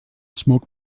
smoke